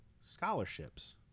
scholarships